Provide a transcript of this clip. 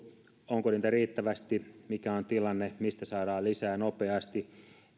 onko niitä riittävästi mikä on tilanne mistä saadaan lisää nopeasti